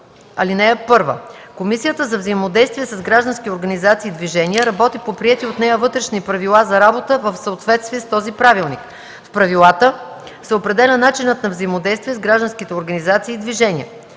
Чл. 38. (1) Комисията за взаимодействие с граждански организации и движения работи по приети от нея вътрешни правила за работа в съответствие с този правилник. В правилата се определя начинът на взаимодействие с гражданските организации и движения.